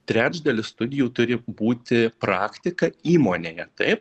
trečdalis studijų turi būti praktika įmonėje taip